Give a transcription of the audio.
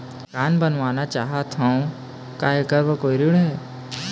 मकान बनवाना चाहत हाव, का ऐकर बर कोई ऋण हे?